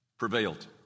Prevailed